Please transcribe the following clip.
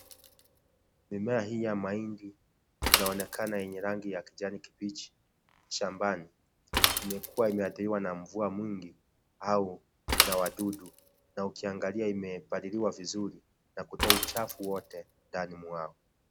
Mimea hii ya mahindi inaonekana yenye rangi ya kijani kibichi shambani imekuwa imeathiriwa na mvua nyingi au na wadudu. Na ukiangalia imepaliliwa vizuri na kutoa uchafu wote ndani mwao.